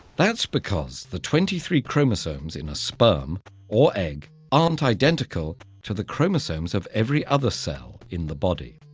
that's because the twenty three chromosomes in a sperm or egg aren't identical to the chromosomes of every other cell in the body.